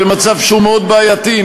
במצב שהוא מאוד בעייתי,